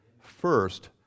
first